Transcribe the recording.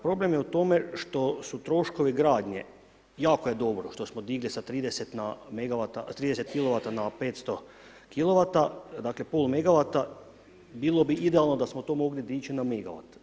Problem je u tome što su troškovi gradnje, jako je dobro što smo digli sa 30 kilovata na 500 kilovata, dakle, pola megawata, bilo bi idealno da smo to mogli dići na megawate.